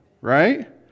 right